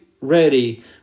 ready